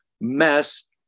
mess